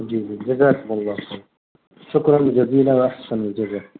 جی جی جزاکم اللہ خیر شکرا جزیلا واحسن الجزا